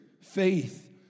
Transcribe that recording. faith